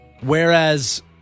Whereas